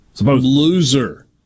loser